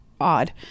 odd